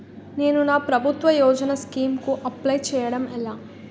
నేను నా ప్రభుత్వ యోజన స్కీం కు అప్లై చేయడం ఎలా?